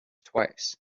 twice